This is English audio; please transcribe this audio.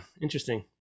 interesting